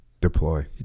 deploy